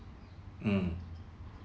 mm